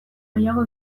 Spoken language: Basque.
gehiago